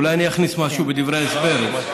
אולי אני אכניס משהו בדברי ההסבר.